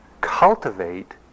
cultivate